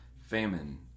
famine